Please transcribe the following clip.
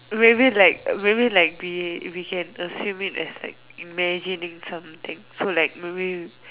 maybe like maybe like we we can assume it as like imagining something so like maybe